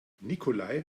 nikolai